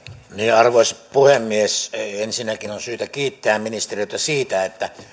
arvoisa puhemies ensinnäkin on syytä kiittää ministeriötä siitä että